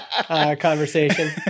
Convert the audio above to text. conversation